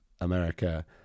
America